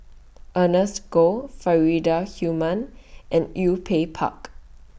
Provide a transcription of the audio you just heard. Ernest Goh Faridah Hanum and U pay Pak